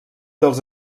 dels